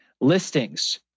listings